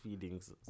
feelings